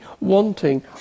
wanting